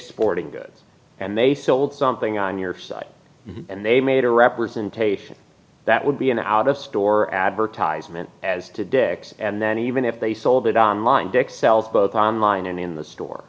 sporting goods and they sold something on your site and they made a representation that would be an out of store advertisement as to dick's and then even if they sold it on line dick's self both online and in the store